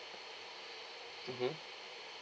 mmhmm